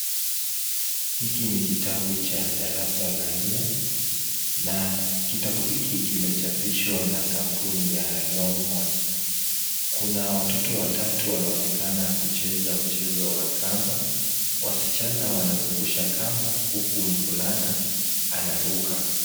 Hiki ni kitabu cha darasa la nne, na kitabu hiki kimechapishwa na kampuni ya Longhorn. Kuna watoto watatu wanaonekana kucheza mchezo wa kamba, wasichana wanazungusha kamba huku mvulana anaruka.